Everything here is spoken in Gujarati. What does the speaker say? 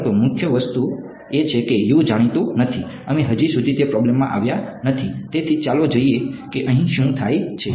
પરંતુ મુખ્ય વસ્તુ એ છે કે જાણીતું નથી અમે હજી સુધી તે પ્રોબ્લેમમાં આવ્યા નથી તેથી ચાલો જોઈએ કે અહીં શું થાય છે